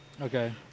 Okay